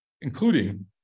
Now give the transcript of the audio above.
including